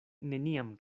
neniam